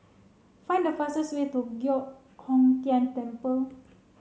find the fastest way to Giok Hong Tian Temple